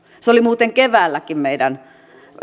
se oli muuten keväälläkin meidän